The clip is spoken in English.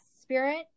spirit